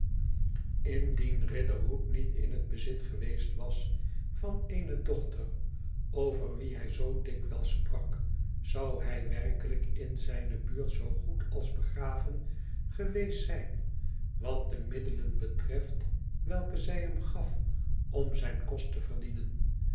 indien riderhood niet in het bezit geweest was van eene dochter over wie hij zoo dikwijls sprak zou hij werkelijk in zijne buurt zoogoed als begraven geweest zijn wat de middelen betreft welke zij hem gaf om zijn kost te verdienen